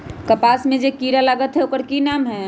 कपास में जे किरा लागत है ओकर कि नाम है?